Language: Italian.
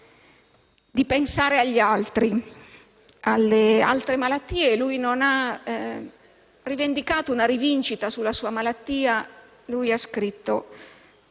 di pensare agli altri, alle altre malattie. Egli non ha rivendicato una rivincita sulla sua malattia, ma ha lasciato